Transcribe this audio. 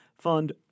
Fund